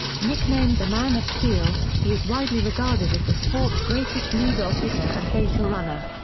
nicknamed the man of steal, he is widely regarded as the sport's greatest leadoff hitter and baserunner.